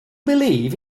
believe